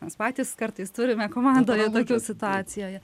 mes patys kartais turime komandoje tokių situacijų